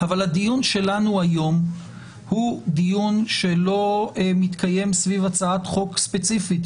אבל הדיון שלנו היום הוא דיון שלא מתקיים סביב הצעת חוק ספציפית,